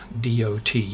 dot